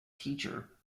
teacher